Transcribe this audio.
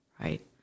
right